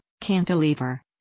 cantilever